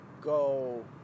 go